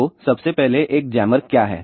तो सबसे पहले एक जैमर क्या है